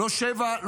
לא שבע,